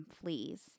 fleas